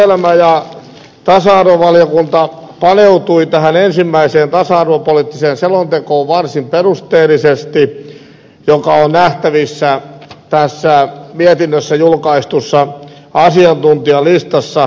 työelämä ja tasa arvovaliokunta paneutui tähän ensimmäiseen tasa arvopoliittiseen selontekoon varsin perusteellisesti mikä on nähtävissä tässä mietinnössä julkaistussa asiantuntijalistassa